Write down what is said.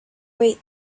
wait